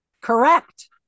Correct